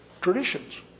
traditions